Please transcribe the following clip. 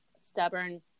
stubborn